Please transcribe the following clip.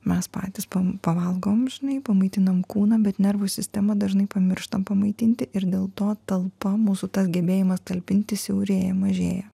mes patys pa pavalgom žinai pamaitinam kūną bet nervų sistemą dažnai pamirštam pamaitinti ir dėl to talpa mūsų tas gebėjimas talpintis siaurėja mažėja